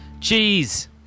Cheese